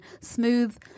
smooth